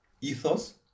ethos